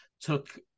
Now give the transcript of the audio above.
took